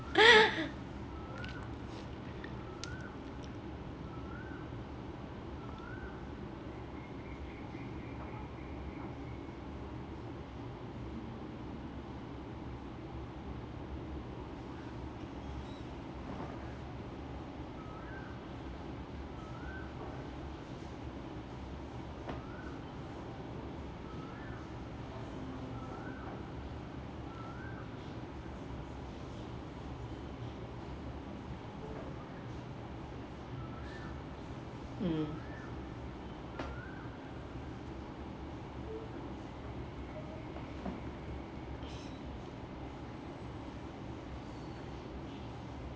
mm